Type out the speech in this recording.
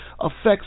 affects